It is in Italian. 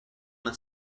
una